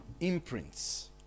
imprints